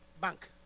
bank